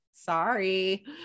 Sorry